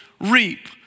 reap